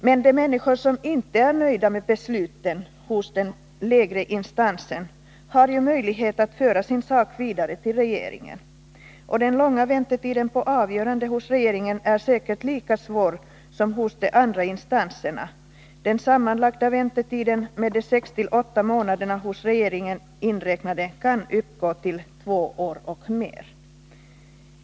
Men de människor som inte är nöjda med besluten hos den lägre instansen har ju möjlighet att föra sin sak vidare till regeringen, och den långa väntetiden när det gäller avgörande hos regeringen är säkert lika svår som väntetiden hos de andra instanserna. Den sammanlagda väntetiden, med de sex-åtta månaderna hos regeringen inräknade, kan uppgå till två år och mer.